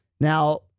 now